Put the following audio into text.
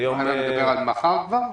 אתה מדבר על מחר כבר?